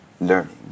learning